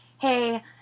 hey